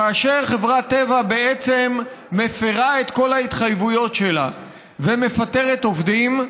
כאשר חברת טבע בעצם מפרה את כל ההתחייבויות שלה ומפטרת עובדים,